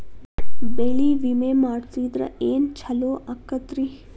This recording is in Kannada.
ಬೆಳಿ ವಿಮೆ ಮಾಡಿಸಿದ್ರ ಏನ್ ಛಲೋ ಆಕತ್ರಿ?